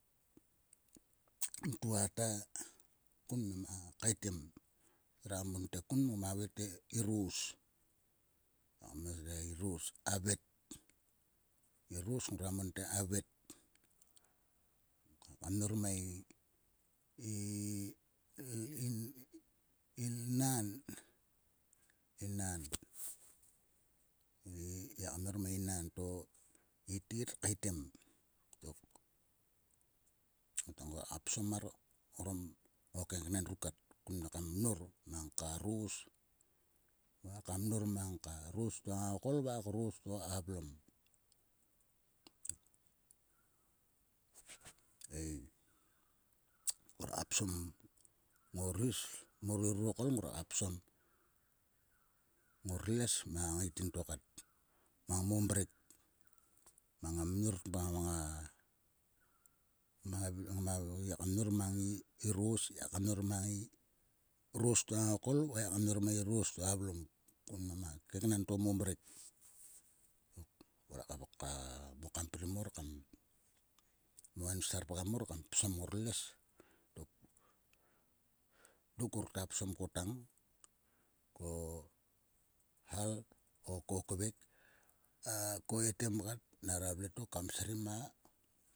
Mtua ta ku mang keitem. ngira mon te kun ngoma havei te i ros. Ngira monte i ros avet. i ros ngira monte avet. Ngiak mnor mang i. i. i nan. I nan. ngiaka mnor mang i nan to i tet keitem tok. Ngruaka psom mar orom o keknen ruk kun kat mar kam mnor mang ka ros va ka mnor mang ka ros to a ngokol va ka ros to a vlom. Ei ngruaka psom ngor is. mor ri rurokol ngruaka psom ngor les ma ngaiting to kat mang mo mrek mang a mnor mang a. Ngiaka mnor mang i ros ngiaka mnor mang i ros to a ngokol va ngiaka mnor mang i ros to a vlom kun mnam a keknen to mo mrek. Ngroaka mo kanprim mor kam. mo enserpgam mor kam psom ngor les. Dok ngor ktua psom kotang. ko hal o ko kvek. A ko etem kat nera vle tok kam srim a.